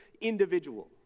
individual